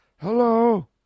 Hello